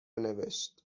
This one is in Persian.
نوشت